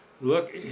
look